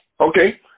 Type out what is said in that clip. okay